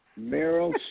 Meryl